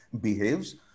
behaves